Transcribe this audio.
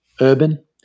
urban